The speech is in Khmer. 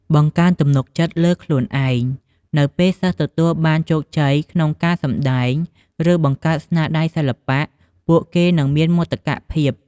បង្កើនទំនុកចិត្តលើខ្លួនឯង នៅពេលសិស្សទទួលបានជោគជ័យក្នុងការសម្តែង ឬបង្កើតស្នាដៃសិល្បៈ ពួកគេនឹងមានមោទកភាព។